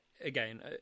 Again